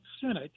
Senate